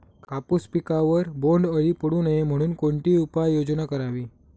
कापूस पिकावर बोंडअळी पडू नये म्हणून कोणती उपाययोजना करावी?